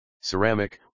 Ceramic